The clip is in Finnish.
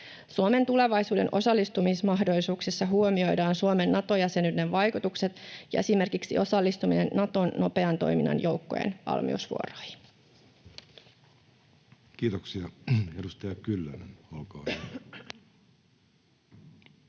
Suomen tulevaisuuden osallistumismahdollisuuksissa huomioidaan Suomen Nato-jäsenyyden vaikutukset ja esimerkiksi osallistuminen Naton nopean toiminnan joukkojen valmiusvuoroihin. [Speech 20] Speaker: Jussi Halla-aho